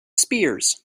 spears